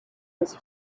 was